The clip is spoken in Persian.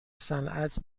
صنعت